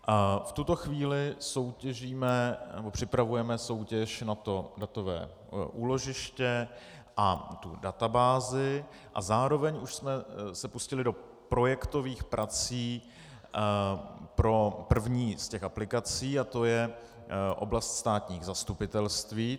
V tuto chvíli soutěžíme, nebo připravujeme soutěž na datové úložiště a databázi a zároveň už jsme se pustili do projektových prací pro první z aplikací a to je oblast státních zastupitelství.